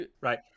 Right